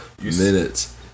minutes